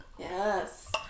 yes